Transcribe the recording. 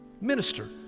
minister